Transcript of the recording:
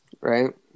Right